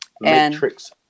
Matrix